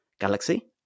galaxy